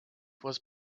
was